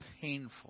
painful